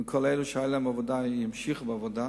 שכל אלה שהיתה להם עבודה ימשיכו בעבודה.